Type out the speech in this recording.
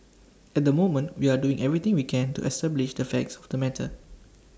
at the moment we are doing everything we can to establish the facts of the matter